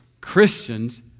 Christians